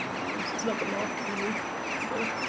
it's it's a little bit more easy to do.